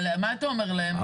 אבל מה אתה אומר להם?